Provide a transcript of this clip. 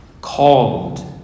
Called